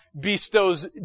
bestows